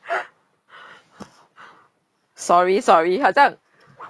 sorry sorry 好像